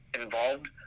involved